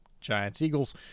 Giants-Eagles